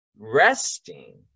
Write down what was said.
Resting